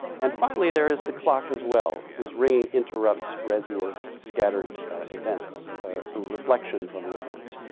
and finally, there is the clock, as well, whose ringing interrupts rezia's scattered events, or reflections on the event.